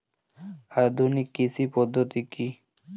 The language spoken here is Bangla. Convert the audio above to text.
আধুনিক কৃষি পদ্ধতি কী?